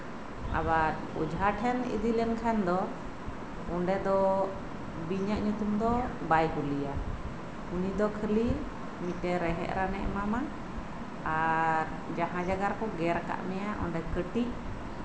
ᱟᱵᱟᱨ ᱚᱡᱷᱟ ᱴᱷᱮᱱ ᱤᱫᱤ ᱞᱮᱱᱠᱷᱟᱱ ᱫᱚ ᱚᱱᱰᱮ ᱫᱚ ᱵᱤᱧᱟᱜ ᱧᱩᱛᱩᱢ ᱫᱚ ᱵᱟᱭ ᱠᱩᱞᱤᱭᱟ ᱩᱱᱤ ᱫᱚ ᱠᱷᱟᱹᱞᱤ ᱨᱮᱦᱮᱫ ᱨᱟᱱᱮ ᱮᱢᱚᱜᱼᱟ ᱟᱨ ᱡᱟᱦᱟᱸ ᱡᱟᱭᱜᱟ ᱨᱮᱠᱚ ᱜᱮᱨ ᱟᱠᱟᱫ ᱢᱮᱭᱟ